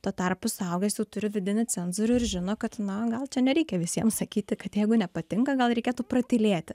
tuo tarpu suaugęs jau turi vidinį cenzorių ir žino kad na gal čia nereikia visiems sakyti kad jeigu nepatinka gal reikėtų pratylėti